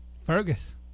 fergus